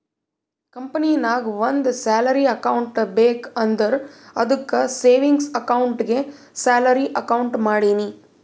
ಕಂಪನಿನಾಗ್ ಒಂದ್ salary account ಬೇಕ್ ಅಂದುರ್ ಅದ್ದುಕ್ ಸೇವಿಂಗ್ಸ್ ಅಕೌಂಟ್ಗೆ ಸ್ಯಾಲರಿ ಅಕೌಂಟ್ ಮಾಡಿನಿ